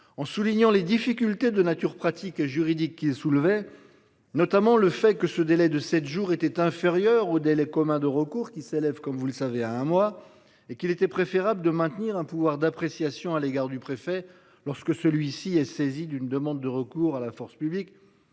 en soulignant les difficultés de nature pratique et juridique qui est soulevé notamment le fait que ce délai de 7 jours était inférieur au délai commun de recours qui s'élève, comme vous le savez, à un mois et qu'il était préférable de maintenir un pouvoir d'appréciation à l'égard du préfet lorsque celui-ci est saisi d'une demande de recours à la force publique.